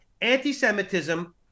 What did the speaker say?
Anti-Semitism